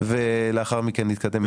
ולאחר מכן נתקדם איתו.